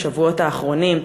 בשבועות האחרונים,